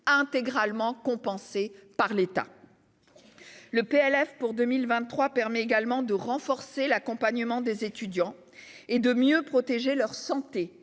intégralement compensé par l'État. Le PLF pour 2023 permet également de renforcer l'accompagnement des étudiants, de mieux protéger leur santé,